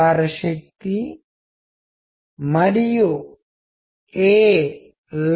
శరీరం కమ్యూనికేట్ చేస్తుంది చర్యలు కమ్యూనికేట్ చేస్తాయి చర్యలు కానివి చర్య లేకపోవడం మనము మృతదేహం గురించి మాట్లాడాము